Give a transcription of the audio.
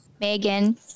Megan